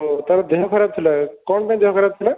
ଓହୋ ତା ର ଦେହ ଖରାପ ଥିଲା କଣ ପାଇଁ ଦେହ ଖରାପ ଥିଲା